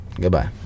Goodbye